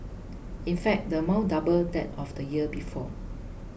in fact the amount doubled that of the year before